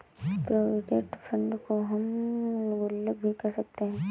provident fund को हम गुल्लक भी कह सकते हैं